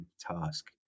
task